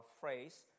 phrase